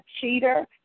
cheater